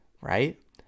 right